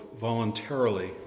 voluntarily